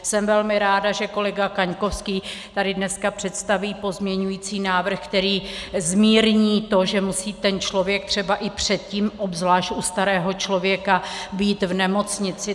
Jsem velmi ráda, že kolega Kaňkovský tady dneska představí pozměňovací návrh, který zmírní to, že musí ten člověk třeba i předtím, obzvlášť u starého člověka, být v nemocnici.